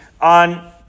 on